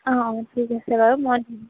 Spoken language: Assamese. অঁ অঁ ঠিক আছে বাৰু মই